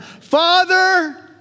Father